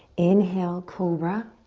inhale, cobra.